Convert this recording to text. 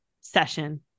session